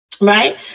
Right